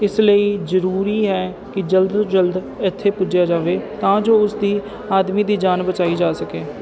ਇਸ ਲਈ ਜ਼ਰੂਰੀ ਹੈ ਕਿ ਜਲਦ ਤੋਂ ਜਲਦ ਇਥੇ ਪੁੱਜਿਆ ਜਾਵੇ ਤਾਂ ਜੋ ਉਸਦੀ ਆਦਮੀ ਦੀ ਜਾਨ ਬਚਾਈ ਜਾ ਸਕੇ